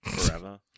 Forever